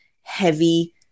heavy